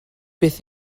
beth